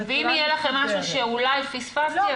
ואם יהיה לכם משהו שאולי פספסתי,